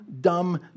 dumb